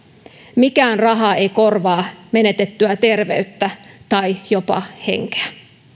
mikään raha ei korvaa menetettyä terveyttä tai jopa henkeä